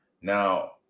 Now